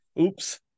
Oops